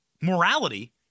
morality